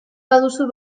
baduzu